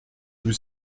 vous